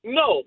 no